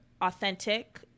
authentic